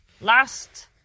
last